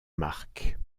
marques